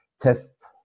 test